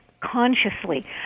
Consciously